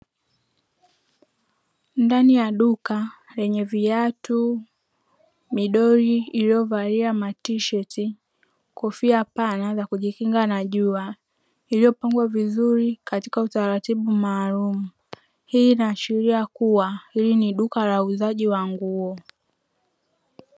Ndani ya duka lenye viatu, midoli iliyovalia matisheti, kofia pana za kujikinga na jua iliyopangwa vizuri katika utaratibu maalum. Hii inaashiria kua hili ni duka la uuzaji wa nguo.